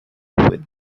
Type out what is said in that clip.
with